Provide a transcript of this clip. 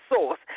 source